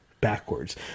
backwards